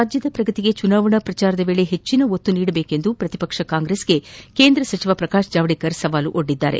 ರಾಜ್ಥದ ಪ್ರಗತಿಗೆ ಚುನಾವಣಾ ಪ್ರಚಾರದ ವೇಳೆ ಹೆಚ್ಚಿನ ಒತ್ತು ನೀಡುವಂತೆ ಪ್ರತಿಪಕ್ಕ ಕಾಂಗ್ರೆಸ್ಗೆ ಕೇಂದ್ರ ಸಚಿವ ಪ್ರಕಾಶ್ ಜಾವಡೇಕರ್ ಸವಾಲು ಒಡ್ಡಿದ್ದಾರೆ